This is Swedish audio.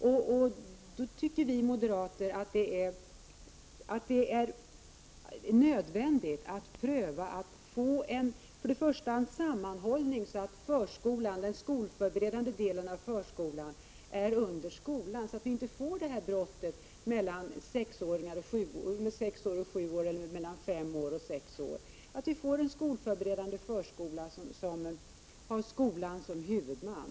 Därför tycker vi moderater att det är nödvändigt att först och främst pröva att få en sammanhållning, så att den skolförberedande delen av förskolan är under skolan, så att vi inte får det här brottet mellan sexåringar och sjuåringar — eller mellan femåringar och sexåringar — en skolförberedande förskola som har skolan som huvudman.